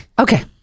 Okay